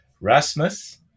Rasmus